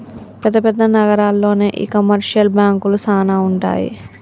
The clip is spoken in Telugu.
పెద్ద పెద్ద నగరాల్లోనే ఈ కమర్షియల్ బాంకులు సానా ఉంటాయి